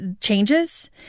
changes